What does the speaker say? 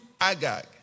Agag